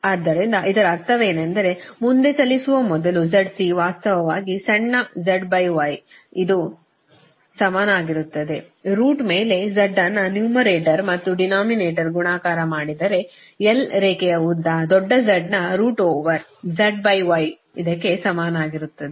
ಆದ್ದರಿಂದ ಇದರ ಅರ್ಥವೇನೆಂದರೆ ಮುಂದೆ ಚಲಿಸುವ ಮೊದಲು ZC ವಾಸ್ತವವಾಗಿ ಸಣ್ಣ zy ಇದು ಇದ್ದಕೆ ಸಮಾನವಾಗಿರುತ್ತದೆ ರೂಟ್ ಮೇಲೆ z ನ್ನು ನ್ಯೂಮರೇಟರ್ ಮತ್ತು ಡಿನಮಿನೇಟರ್ ಗೆ ಗುಣಾಕಾರ ಮಾಡಿದರೆ l ರೇಖೆಯ ಉದ್ದ ದೊಡ್ಡ Z ನ ರೂಟ್ ಓವರ್ Z Y ಇದ್ದಕೆ ಸಮಾನವಾಗಿರುತ್ತದೆ